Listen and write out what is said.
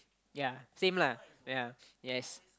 ya same lah ya yes